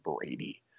Brady